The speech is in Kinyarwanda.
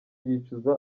yicuza